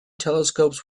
telescopes